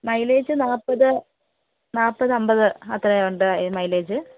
mileage നാൽപ്പത് നാൽപ്പത് അമ്പത് അത്രയും ഉണ്ട് മൈലേജ്